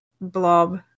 blob